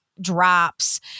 drops